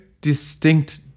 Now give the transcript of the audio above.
distinct